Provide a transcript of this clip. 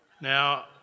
Now